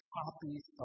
copies